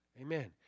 Amen